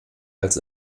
als